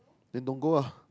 then don't go lah